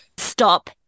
Stop